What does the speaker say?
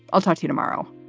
i'll talk to you tomorrow